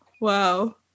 Wow